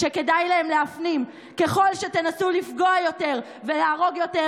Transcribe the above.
שכדאי להם להפנים: ככל שתנסו לפגוע יותר ולהרוג יותר,